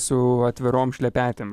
su atvirom šlepetėm